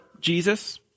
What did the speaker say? Jesus